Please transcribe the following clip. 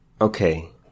Okay